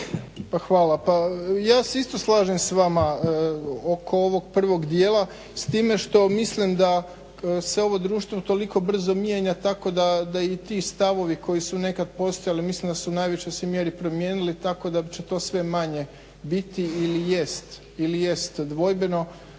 Pa hvala. Ja se isto slažem s vama oko ovog prvog dijela s time da mislim da se ovo društvo toliko brzo mijenja tako da i ti stavovi koji su nekad postojali, mislim da su u najvećoj se mjeri promijenili tako da će to sve manje biti ili jest dvojbeno